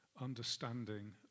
understanding